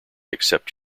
accept